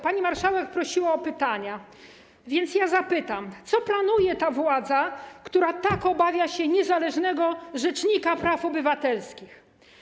Pani marszałek prosiła o pytania, więc zapytam: Co planuje ta władza, która tak obawia się niezależnego rzecznika praw obywatelskich?